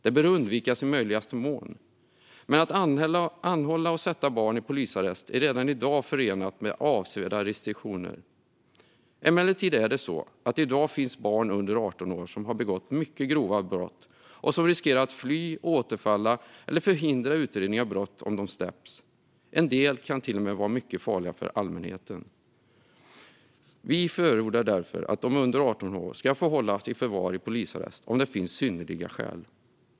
Det bör undvikas i möjligaste mån. Men att anhålla och sätta barn i polisarrest är redan i dag förenat med avsevärda restriktioner. Emellertid är det så att det i dag finns barn under 18 år som har begått mycket grova brott och som riskerar att fly, återfalla i eller förhindra utredning av brott om de släpps. En del kan till och med vara mycket farliga för allmänheten. Vi förordar därför att de som är under 18 år ska få hållas i förvar i polisarrest om det finns synnerliga skäl.